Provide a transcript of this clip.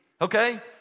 okay